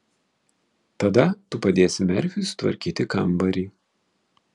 tada tu padėsi merfiui sutvarkyti kambarį